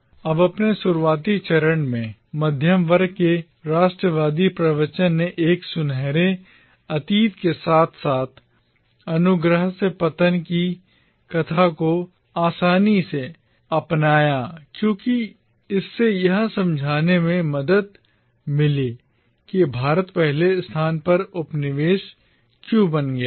अब अपने शुरुआती चरण में मध्यम वर्ग के राष्ट्रवादी प्रवचन ने तत्परता से एक सुनहरे अतीत के साथ साथ अनुग्रह से पतन की कथा को अपनाया क्योंकि इससे यह समझाने में मदद मिली कि भारत पहले स्थान पर उपनिवेश क्यों बन गया था